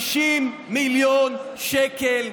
50 מיליון שקל,